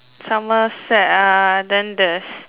Somerset ah then there's